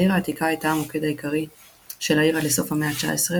העיר העתיקה הייתה המוקד העיקרי של העיר עד לסוף המאה ה־19,